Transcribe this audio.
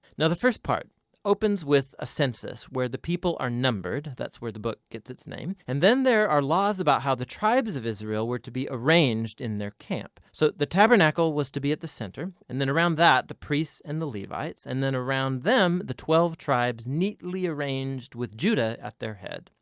now the first part opens with a census where the people are numbered. that's where the book gets its name. and then there are laws about how the tribes of israel were to be arranged in their camp. so the tabernacle was to be at the center, and then around that the priests and the levites, and then around them the twelve tribes neatly arranged with judah at their head.